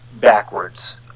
backwards